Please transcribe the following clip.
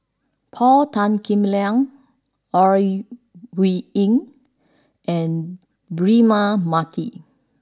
Paul Tan Kim Liang Ore Huiying and Braema Mathi